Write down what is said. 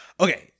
okay